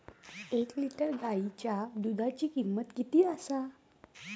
एक लिटर गायीच्या दुधाची किमंत किती आसा?